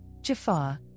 Jafar